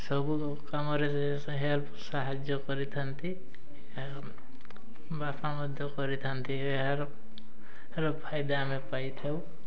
ସବୁ କାମରେ ସେ ହେଲ୍ପ ସାହାଯ୍ୟ କରିଥାନ୍ତି ଆଉ ବାପା ମଧ୍ୟ କରିଥାନ୍ତି ଏହାର ଏହାର ଫାଇଦା ଆମେ ପାଇଥାଉ